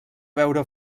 veure